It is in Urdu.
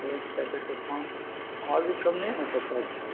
ایک پیکٹ کا پانچ سو اور بھی کم نہیں ہو سکتا ہے کیا